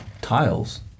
tiles